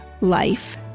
life